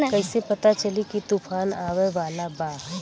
कइसे पता चली की तूफान आवा वाला बा?